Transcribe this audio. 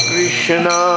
Krishna